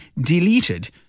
deleted